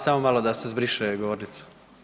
Samo malo, da se zbriše govornica.